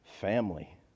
family